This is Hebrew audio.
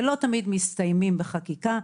ולא תמיד מסתיימים בחקיקה,